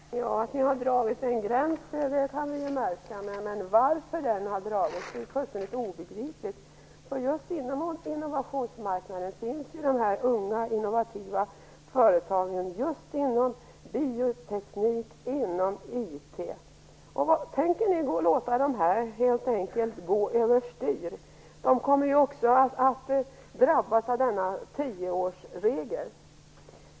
Herr talman! Att Socialdemokraterna har dragit en gräns, det kan vi ju märka, men varför den har dragits är fullständigt obegripligt. Just inom innovationsmarknaden finns de unga innovativa företagen inom bioteknik och IT. Tänker Socialdemokraterna helt enkelt låta dessa företag gå över styr? De kommer ju också att drabbas av tioårsregeln.